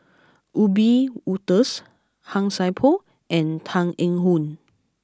Wiebe Wolters Han Sai Por and Tan Eng Yoon